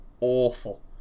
awful